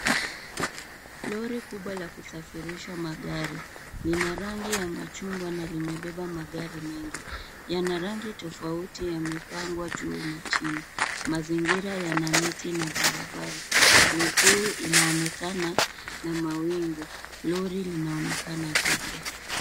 Lori kubwa la kusafirisha magari. Lina rangi ya machungwa na limebeba magari mengi. Yana rangi tofauti yamepangwa juu na chini. Mazingira yana miti na barabara. Miguu inaonekana na mawingu. Lori linaonekana jipya.